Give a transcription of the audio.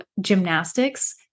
gymnastics